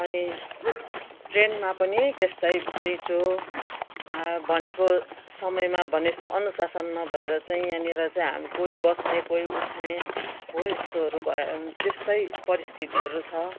अनि ट्रेनमा पनि त्यस्तै घुइँचो भनेको समयमा भने जस्तो अनुसासन नभएर चाहिँ यहाँनिर चाहिँ कोही बस्ने कोही उठ्ने हो यस्तोहरू भए त्यस्तै परिस्थितिहरू छ